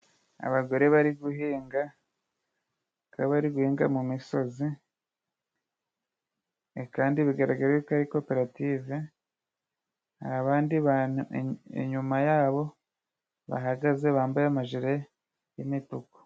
Abagore bari guhinga, bakaba bari guhinga mu misozi, kandi bigaraga ko ari coperative, hari abandi bantu inyuma yabo bahagaze bambaye amajire y'imituku.